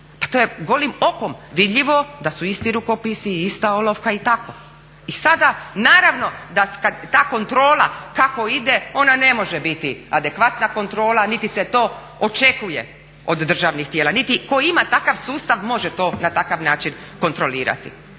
pa to je golim okom vidljivo da su isti rukopisi, ista olovka i tako. I sada naravno da ta kontrola kako ide, ona ne može biti adekvatna kontrola niti se to očekuje od državnih tijela niti tko ima takav sustav može to na takav način kontrolirati.